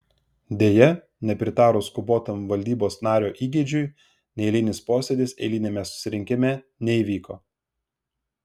deja nepritarus skubotam valdybos nario įgeidžiui neeilinis posėdis eiliniame susirinkime neįvyko